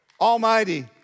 Almighty